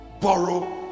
borrow